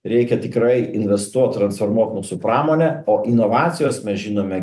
reikia tikrai investuot transformuot mūsų pramonę o inovacijos mes žinome